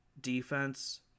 defense